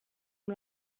amb